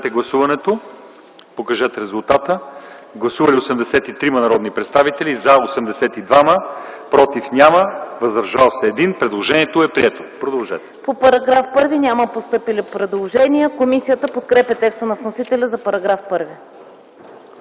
По § 2 няма постъпили предложения. Комисията подкрепя текста на вносителя за § 2.